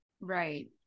Right